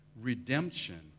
redemption